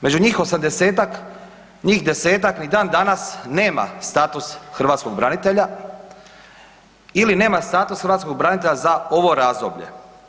Među njih 80-tak, njih 10-tak ni dan danas nema status hrvatskog branitelja ili nema status hrvatskog branitelja za ovo razdoblje.